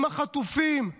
עם החטופים,